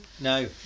No